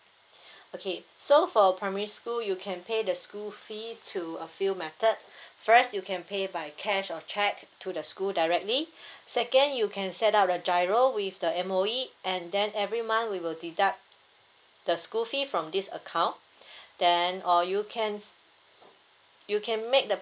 okay so for primary school you can pay the school fee through a few method first you can pay by cash or cheque to the school directly second you can set up the GIRO with the M_O_E and then every month we will deduct the school fee from this account then or you can s~ you can make the